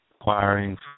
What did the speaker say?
acquiring